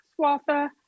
Swatha